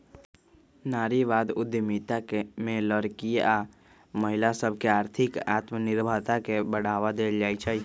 नारीवाद उद्यमिता में लइरकि आऽ महिला सभके आर्थिक आत्मनिर्भरता के बढ़वा देल जाइ छइ